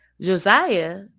Josiah